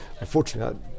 Unfortunately